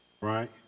right